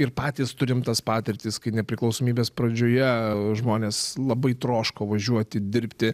ir patys turim tas patirtis kai nepriklausomybės pradžioje žmonės labai troško važiuoti dirbti